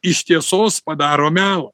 iš tiesos padaro miau